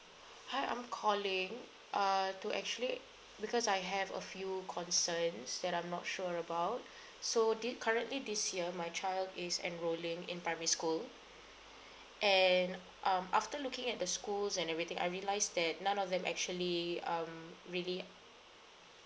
hi I'm calling uh to actually because I have a few concerns that I'm not sure about so this currently this year my child is enrolling in primary school and um after looking at the schools and everything I realise that none of them actually um really